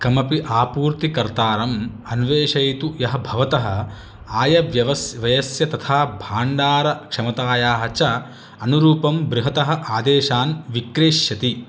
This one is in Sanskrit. कमपि आपूर्तिकर्तारम् अन्वेषयतु यः भवतः आयव्यवस् व्ययस्य तथा भाण्डारक्षमतायाः च अनुरूपं बृहतः आदेशान् विक्रेष्यति